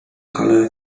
color